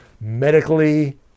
medically